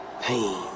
Pain